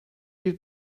you